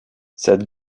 cette